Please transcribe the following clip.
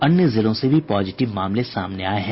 अन्य जिलों से भी पॉजिटिव मामले सामने आये हैं